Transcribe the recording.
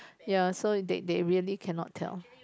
ya so they they really cannot tell